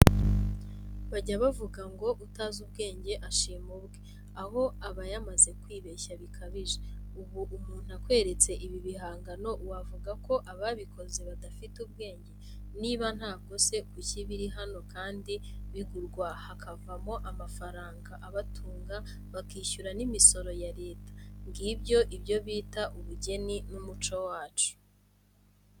Bajya bavuga ngo utazi ubwenge ashima ubwe aho aba yamaze kwibeshya bikabije ubu umuntu akweretse ibi bihangano wavuga ko ababikoze badafite ubwenge? niba ntabwo se kuki birihano kandi bigurwa hakavamo amafaranga abatunga bakishyura nimisoro yareta ngibyo ibyo bita ubugeni n,umuco wacu.